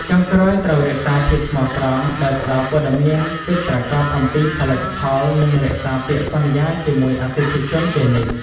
ចុងក្រោយត្រូវរក្សាភាពស្មោះត្រង់ ដោយផ្ដល់ព័ត៌មានពិតប្រាកដអំពីផលិតផល និងរក្សាពាក្យសន្យាជាមួយអតិថិជនជានិច្ច។